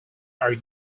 are